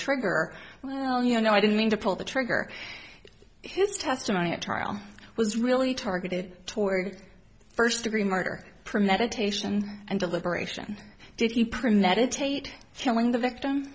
trigger well you know i don't mean to pull the trigger his testimony at trial was really targeted toward first degree murder premeditation and deliberation did he premeditate killing the victim